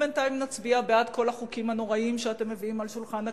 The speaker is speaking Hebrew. ובינתיים נצביע בעד כל החוקים הנוראיים שאתם מניחים על שולחן הכנסת,